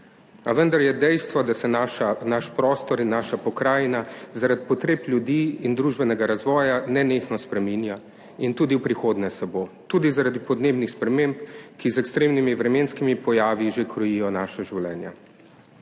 vendar je dejstvo, da se naš prostor in naša pokrajina zaradi potreb ljudi in družbenega razvoja nenehno spreminja in tudi v prihodnje se bo, tudi zaradi podnebnih sprememb, ki z ekstremnimi vremenskimi pojavi že krojijo naša življenja.